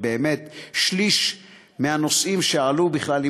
שליש מהנושאים שעלו בכלל,